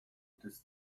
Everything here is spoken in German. des